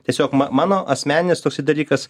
tiesiog ma mano asmeninis dalykas